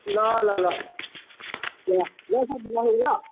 ल ल ल ल ल साथी राखेको ल